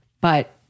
But-